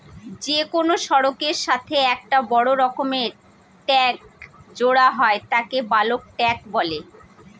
যে কোনো সড়কের সাথে একটা বড় রকমের ট্যাংক জোড়া হয় তাকে বালক ট্যাঁক বলে